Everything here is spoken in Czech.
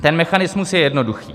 Ten mechanismus je jednoduchý.